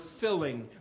filling